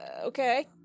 Okay